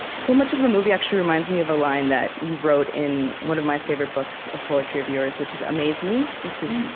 so much of the movie actually reminds me of a line that you wrote in one of my favorite books of poetry of yours, which is a maze me, which is, thanks,